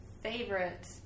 favorite